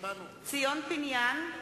ציון פיניאן,